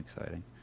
exciting